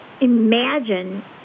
imagine